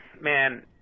Man